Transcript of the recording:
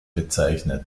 bezeichnet